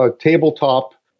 tabletop